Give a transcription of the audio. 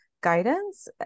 guidance